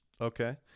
Okay